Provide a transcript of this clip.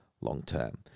long-term